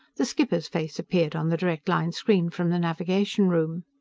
the skipper's face appeared on the direct-line screen from the navigation room.